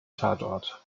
tatort